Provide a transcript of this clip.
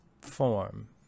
form